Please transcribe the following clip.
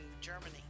Germany